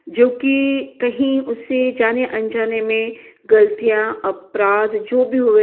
जो कि कहीं उसे जाने अनजाने में गलतियाँ अपराध जो भी हुए